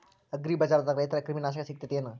ಅಗ್ರಿಬಜಾರ್ದಾಗ ರೈತರ ಕ್ರಿಮಿ ನಾಶಕ ಸಿಗತೇತಿ ಏನ್?